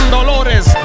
Dolores